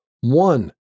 one